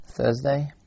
Thursday